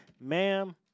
ma'am